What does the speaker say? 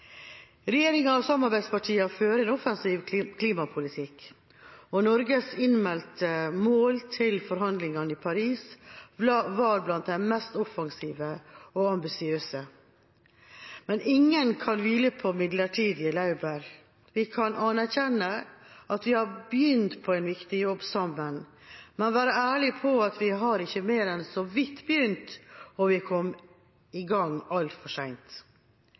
Regjeringa og samarbeidspartiene fører en offensiv klimapolitikk, og Norges innmeldte mål til forhandlingene i Paris var blant de mest offensive og ambisiøse. Men ingen kan hvile på midlertidige laurbær – vi kan anerkjenne at vi har begynt på en viktig jobb sammen, men være ærlige på at vi ikke har mer enn så vidt begynt, og vi kom i gang altfor